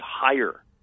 higher